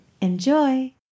Enjoy